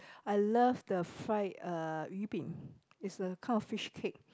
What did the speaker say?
I love the fried uh yu bing it's a kind of fishcake